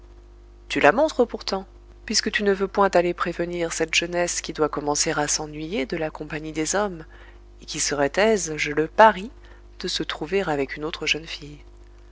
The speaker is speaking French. tu la montres pourtant puisque tu ne veux point aller prévenir cette jeunesse qui doit commencer à s'ennuyer de la compagnie des hommes et qui serait aise je le parie de se trouver avec une autre jeune fille